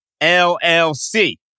LLC